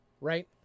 right